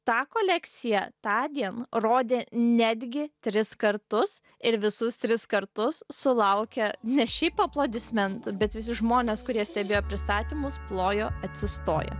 tą kolekciją tądien rodė netgi tris kartus ir visus tris kartus sulaukė ne šiaip aplodismentų bet visi žmonės kurie stebėjo pristatymus plojo atsistoję